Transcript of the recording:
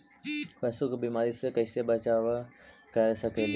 पशु के बीमारी से कैसे बचाब कर सेकेली?